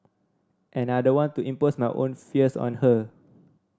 and I don't want to impose my own fears on her